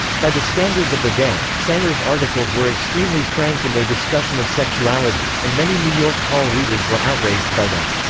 by the standards of the day, sanger's articles were extremely frank in their discussion of sexuality, and many new york call readers were outraged by them.